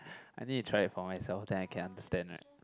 I need to try it for myself then I can understand right